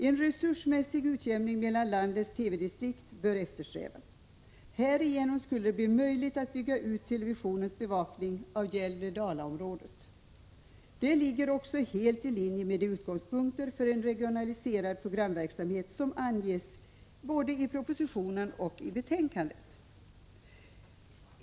En resursmässig utjämning mellan landets TV-distrikt bör eftersträvas. Härigenom skulle det bli möjligt att bygga ut televisionens bevakning av Gävle-Dala-området. Det ligger också i helt i linje med de utgångspunkter för en regionaliserad programverksamhet som anges både i propositionen och i betänkandet.